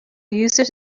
users